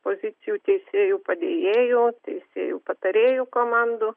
pozicijų teisėjų padėjėjų teisėjų patarėjų komandų